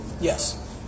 Yes